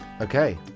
Okay